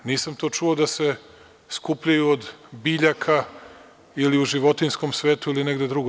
Nisam čuo da se skupljaju od biljaka ili u životinjskom svetu ili negde drugo.